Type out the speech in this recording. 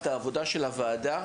את העבודה של הוועדה,